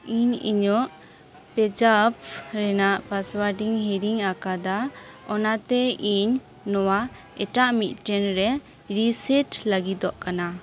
ᱤᱧ ᱤᱧᱟᱹᱜ ᱯᱮᱡᱟᱯ ᱨᱮᱱᱟᱜ ᱯᱟᱥᱚᱣᱟᱰ ᱤᱧ ᱦᱤᱲᱤᱧ ᱟᱠᱟᱫᱟ ᱚᱱᱟᱛᱮ ᱤᱧ ᱱᱚᱶᱟ ᱮᱴᱟᱜ ᱢᱤᱫᱴᱮᱱ ᱨᱮᱧ ᱨᱤᱥᱮᱴ ᱞᱟᱹᱜᱤᱫᱚᱜ ᱠᱟᱱᱟ